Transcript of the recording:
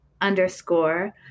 underscore